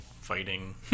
fighting